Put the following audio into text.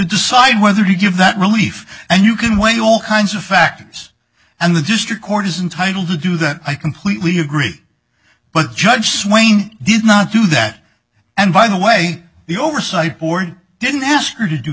decide whether to give that relief and you can weigh all kinds of factors and the district court is entitle to do that i completely agree but judge swain did not do that and by the way the oversight board didn't ask her to do